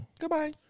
Goodbye